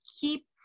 keep